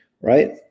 right